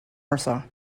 warsaw